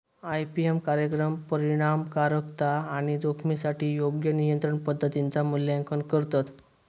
IPM कार्यक्रम परिणामकारकता आणि जोखमीसाठी योग्य नियंत्रण पद्धतींचा मूल्यांकन करतत